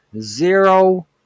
zero